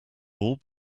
all